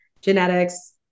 genetics